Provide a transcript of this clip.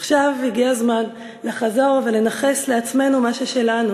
עכשיו הגיע הזמן לחזור ולנכס לעצמנו משהו שלנו,